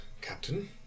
Captain